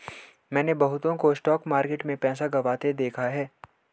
मैंने बहुतों को स्टॉक मार्केट में पैसा गंवाते देखा हैं